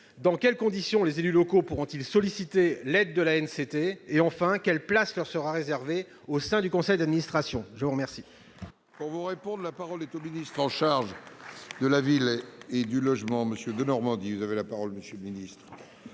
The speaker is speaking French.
Dans quelles conditions les élus locaux pourront-ils solliciter l'aide de l'ANCT ? Enfin, quelle place leur sera réservée au sein du conseil d'administration ? La parole